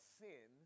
sin